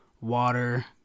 water